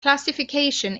classification